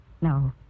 no